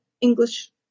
English